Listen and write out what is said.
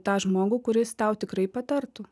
tą žmogų kuris tau tikrai patartų